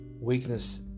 weakness